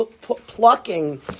plucking